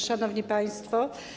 Szanowni Państwo!